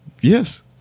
Yes